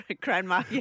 Grandma